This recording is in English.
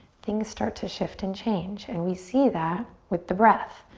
things start to shift and change and we see that with the breath.